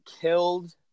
killed